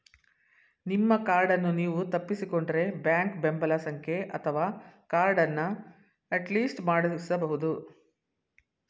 ನಿಮ್ಮ ಕಾರ್ಡನ್ನು ನೀವು ತಪ್ಪಿಸಿಕೊಂಡ್ರೆ ಬ್ಯಾಂಕ್ ಬೆಂಬಲ ಸಂಖ್ಯೆ ಅಥವಾ ಕಾರ್ಡನ್ನ ಅಟ್ಲಿಸ್ಟ್ ಮಾಡಿಸಬಹುದು